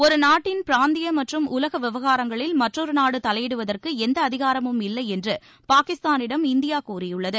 ஒரு நாட்டின் பிராந்திய மற்றும் உலக விவகாரங்களில் மற்றொரு நாடு தலையிடுவதற்கு எந்த அதிகாரமும் இல்லை என்று பாகிஸ்தானிடம் இந்தியா கூறியுள்ளது